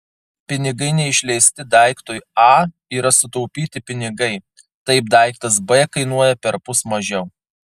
pinigai neišleisti daiktui a yra sutaupyti pinigai taip daiktas b kainuoja perpus mažiau